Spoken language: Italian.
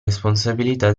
responsabilità